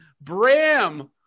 Bram